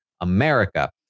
America